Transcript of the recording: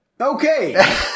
Okay